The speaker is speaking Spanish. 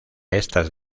estas